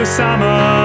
Summer